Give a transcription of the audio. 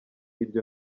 ibyo